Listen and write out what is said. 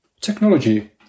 technology